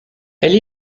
elle